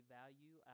value